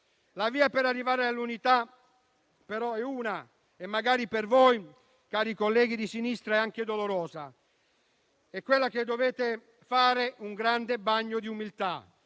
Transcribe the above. La via per arrivare all'unità è una e magari per voi, cari colleghi di sinistra, è anche dolorosa: dovete fare un grande bagno di umiltà,